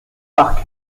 park